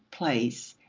place,